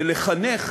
ולחנך